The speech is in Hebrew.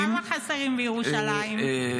כמה חסרים בירושלים?